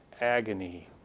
agony